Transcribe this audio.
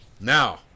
Now